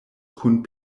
kun